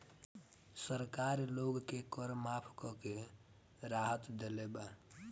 सरकार लोग के कर माफ़ करके राहत देले बा